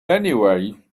anyway